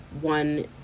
one